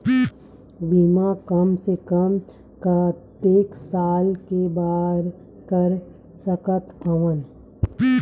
बीमा कम से कम कतेक साल के बर कर सकत हव?